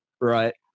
right